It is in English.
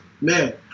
man